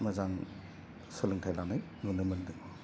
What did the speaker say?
मोजां सोलोंथाइ लानाय नुनो मोनदों